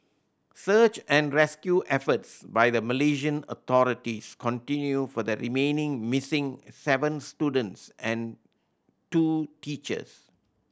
search and rescue efforts by the Malaysian authorities continue for the remaining missing seven students and two teachers